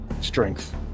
strength